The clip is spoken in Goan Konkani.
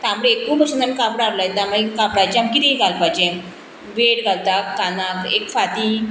तांबडी एकू भशीन आमी कापडां हाडूं लायता मागीर कापडाचे आमी कितें घालपाचें वेड घालता कानाक एक फांती